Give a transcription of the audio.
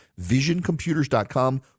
Visioncomputers.com